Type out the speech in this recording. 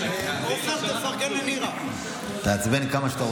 ההפגנה והדיבור, 56 שנים שבהן כוחות